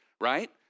right